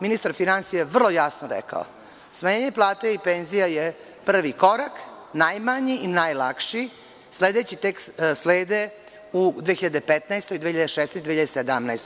Ministar finansija je vrlo jasno rekao – smanjenje plata i penzija je prvi korak, najmanji i najlakši, a sledeći tek slede u 2015, 2016. i 2017. godini.